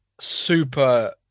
super